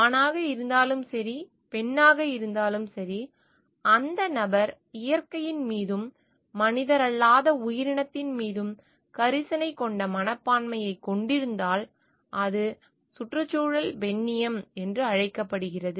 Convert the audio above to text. ஆணாக இருந்தாலும் சரி பெண்ணாக இருந்தாலும் சரி அந்த நபர் இயற்கையின் மீதும் மனிதரல்லாத உயிரினத்தின் மீதும் கரிசனை கொண்ட மனப்பான்மையைக் கொண்டிருந்தால் அது சுற்றுச்சூழல் பெண்ணியம் என்று அழைக்கப்படுகிறது